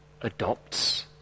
adopts